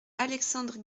alexandre